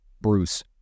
Bruce